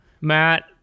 Matt